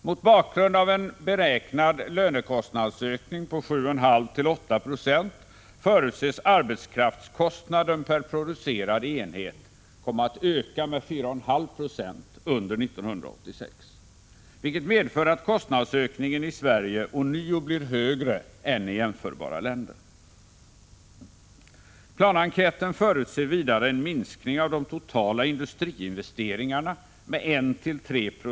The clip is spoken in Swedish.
Mot bakgrund av en beräknad lönekostnadsökning på 7,5-8 Io förutses arbetskraftskostnaden per producerad enhet komma att öka med 4,5 22 under 1986, vilket medför att kostnadsökningen i Sverige ånyo blir högre än i jämförbara länder. I planenkäten förutses vidare en minskning av de totala industriinvesteringarna med 1-3 96 och en minskning — Prot.